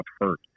hurt